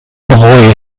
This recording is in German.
bereue